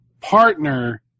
partner